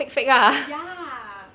ya